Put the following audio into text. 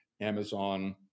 Amazon